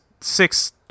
six